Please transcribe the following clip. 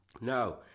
Now